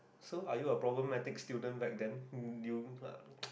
so are you a problematic student back then hmm you lah